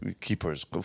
keepers